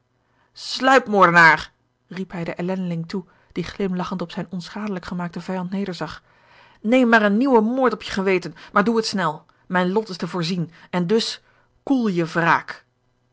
sluipmoordenaar riep hij den ellendeling toe die glimlagchend op zijn onschadelijk gemaakten vijand nederzag neem maar een nieuwen moord op je geweten maar doe het snel mijn lot is te voorzien en dus koel je wraak